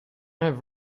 have